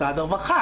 משרד הרווחה.